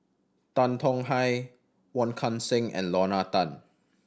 Tan Tong Hye Wong Kan Seng and Lorna Tan